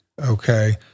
okay